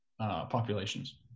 populations